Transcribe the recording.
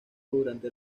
durante